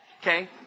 Okay